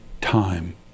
time